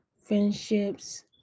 friendships